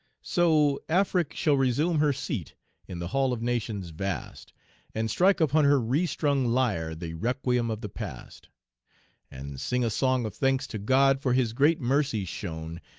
so afric shall resume her seat in the hall of nations vast and strike upon her restrung lyre the requiem of the past and sing a song of thanks to god, for his great mercy shown,